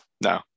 No